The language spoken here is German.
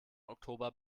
oktober